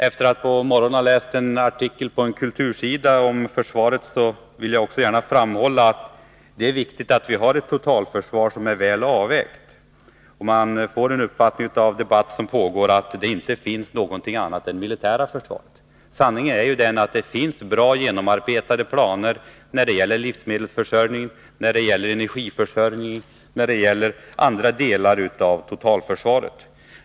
Efter att i dag på morgonen ha läst en artikel på en kultursida om försvaret vill jag också gärna framhålla att det är viktigt att vi har ett totalförsvar som är väl avvägt. Man får uppfattningen av den debatt som pågår att det inte finns någonting annat än det militära försvaret. Sanningen är ju den att det finns bra genomarbetade planer när det gäller livsmedelsförsörjningen, energiför sörjningen och andra delar av totalförsvaret.